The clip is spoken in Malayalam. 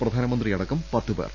പ്രധാനമന്ത്രിയടക്കം പത്തുപേർ